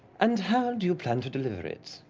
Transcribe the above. and how do you plan to deliver it?